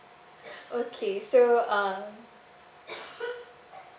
okay so uh